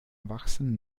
wachsen